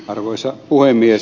arvoisa puhemies